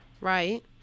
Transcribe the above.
Right